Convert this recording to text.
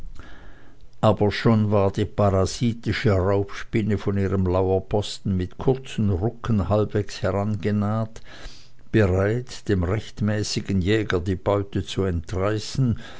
aber schon war die parasitische raubspinne von ihrem lauerposten mit kurzen rucken halbwegs herangenaht bereit dem rechtmäßigen jäger die beute zu entreißen